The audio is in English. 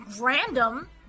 Random